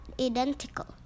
identical